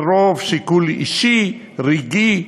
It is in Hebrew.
לרוב שיקול אישי, רגעי,